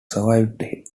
survived